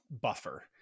buffer